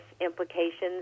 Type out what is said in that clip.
implications